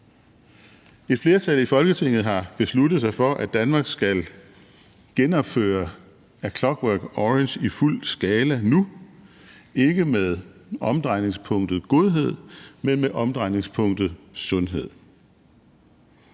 Et flertal i Folketinget har besluttet sig for, at Danmark skal genopføre »A Clockwork Orange« i fuld skala nu, ikke med omdrejningspunktet godhed, men med omdrejningspunktet sundhed.